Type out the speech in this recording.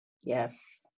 Yes